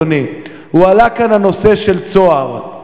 אדוני: הועלה כאן הנושא של "צהר".